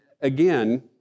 again